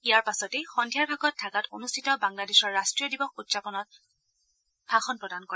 ইয়াৰ পাছতে সন্ধিয়াৰ ভাগত ঢাকাত অনুষ্ঠিত বাংলাদেশৰ ৰাষ্ট্ৰীয় দিৱস উদযাপন অনুষ্ঠানত ভাষণ প্ৰদান কৰে